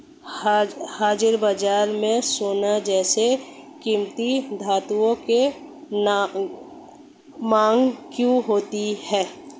हाजिर बाजार में सोना जैसे कीमती धातुओं की मांग क्यों होती है